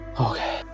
Okay